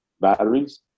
batteries